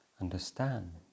understand